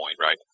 right